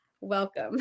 welcome